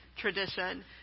tradition